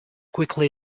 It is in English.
quickly